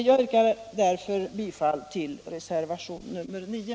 Jag yrkar därför bifall till reservationen 9.